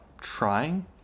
trying